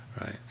right